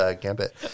Gambit